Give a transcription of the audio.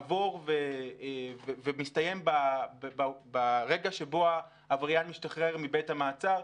עבור ומסתיים ברגע שבו העבריין משתחרר מבית המעצר.